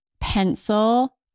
pencil